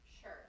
Sure